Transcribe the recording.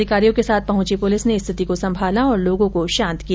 अधिकारियों के साथ पहुंची पुलिस ने स्थिति को संभाला और लोगों को शांत किया